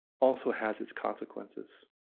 also has its consequences.